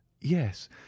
yes